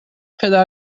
پدر